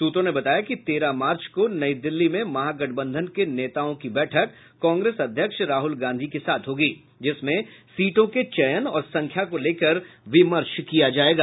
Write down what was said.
सूत्रों ने बताया कि तेरह मार्च को नई दिल्ली में महागठबंधन के नेताओं की बैठक कांग्रेस अध्यक्ष राहुल गांधी के साथ होगी जिसमें सीटों के चयन और संख्या को लेकर विमर्श किया जायेगा